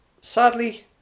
sadly